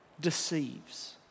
deceives